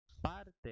Parte